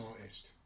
artist